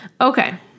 Okay